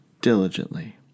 diligently